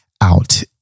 out